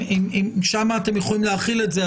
אם שם אתם יכולים להחיל את זה,